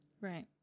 Right